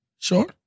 Sure